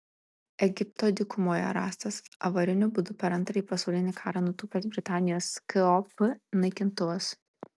egipto dykumoje rastas avariniu būdu per antrąjį pasaulinį karą nutūpęs britanijos kop naikintuvas